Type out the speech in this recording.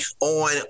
on